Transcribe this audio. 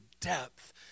depth